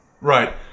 right